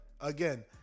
again